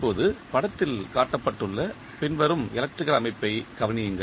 இப்போது படத்தில் காட்டப்பட்டுள்ள பின்வரும் எலக்ட்ரிக்கல் அமைப்பைக் கவனியுங்கள்